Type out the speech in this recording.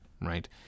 right